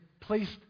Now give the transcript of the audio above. placed